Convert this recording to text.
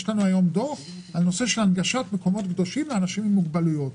יש לנו היום דוח על הנושא של הנגשת מקומות קדושים לאנשים עם מוגבלויות.